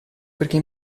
perché